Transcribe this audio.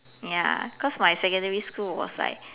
ya cause my secondary school was like